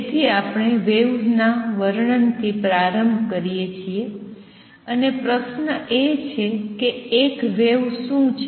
તેથી આપણે વેવ્સના વર્ણનથી પ્રારંભ કરીએ છીએ અને પ્રશ્ન એ છે કે એક વેવ શું છે